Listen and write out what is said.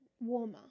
warmer